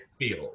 feel